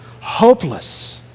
Hopeless